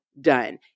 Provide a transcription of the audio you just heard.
done